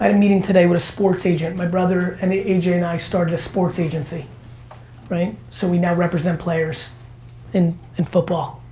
um meeting today with a sports agent, my brother and a a j. and i started a sports agency so we now represent players in in football,